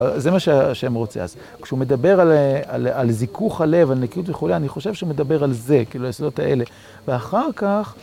זה מה שהשם רוצה לעשות. כשהוא מדבר על זיכוך הלב, על נקיות וכולי, אני חושב שמדבר על זה, כאילו על יסודות האלה. ואחר כך...